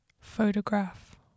photograph